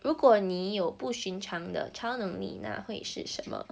如果你有不寻常的超能力那会是什么